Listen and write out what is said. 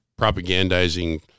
propagandizing